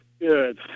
Good